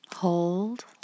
Hold